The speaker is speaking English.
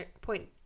point